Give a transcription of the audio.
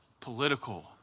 political